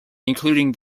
including